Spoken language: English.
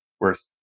worth